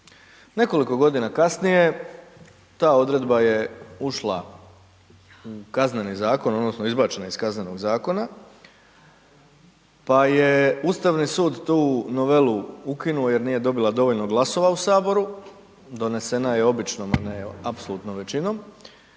Nekoliko godina kasnije ta odredba je ušla u Kazneni zakon odnosno izbačena iz Kaznenog zakona, pa je Ustavni sud tu novelu ukinuo jer nije dobila dovoljno glasova u saboru, donesena je običnom a ne apsolutnom većinom.